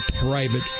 private